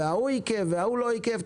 ההוא עיכב וההוא לא עיכב.